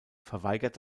verweigert